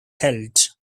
held